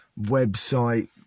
website